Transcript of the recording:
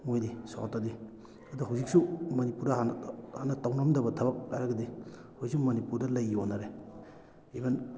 ꯃꯣꯏꯗꯤ ꯁꯥꯎꯠꯇꯗꯤ ꯑꯗꯨ ꯍꯧꯖꯤꯛꯁꯨ ꯃꯅꯤꯄꯨꯔꯗ ꯍꯥꯟꯅ ꯍꯥꯟꯅ ꯇꯧꯅꯔꯝꯗꯕ ꯊꯕꯛ ꯍꯥꯏꯔꯒꯗꯤ ꯍꯧꯖꯤꯛ ꯃꯅꯤꯄꯨꯔ ꯂꯩ ꯌꯣꯟꯅꯔꯦ ꯏꯚꯟ